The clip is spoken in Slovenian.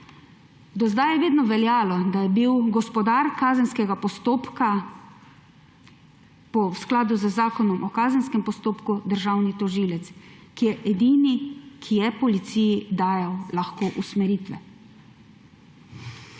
Do zdaj je vedno veljalo, da je bil gospodar kazenskega postopka v skladu z zakonom o kazenskem postopku državni tožilec, ki je edini, ki je policiji lahko dajal usmeritve.